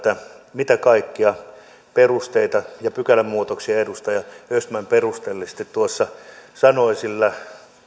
mitä kaikkia perusteita ja pykälämuutoksia edustaja östman perusteellisesti tuossa sanoi sillä